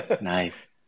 nice